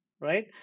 right